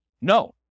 No